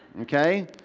Okay